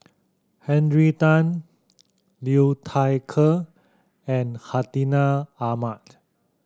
Henry Tan Liu Thai Ker and Hartinah Ahmad